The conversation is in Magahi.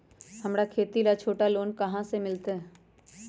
हमरा खेती ला छोटा लोने कहाँ से मिलतै?